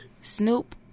Snoop